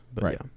Right